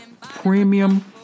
premium